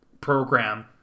program